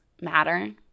matter